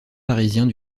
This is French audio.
parisiens